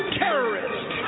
terrorist